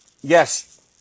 Yes